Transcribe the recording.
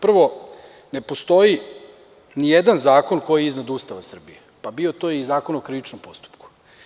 Prvo, ne postoji ni jedan zakon koji je iznad Ustava Srbije, pa bio to i Zakon o krivičnom postupku.